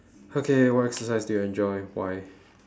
okay what exercise do you enjoy why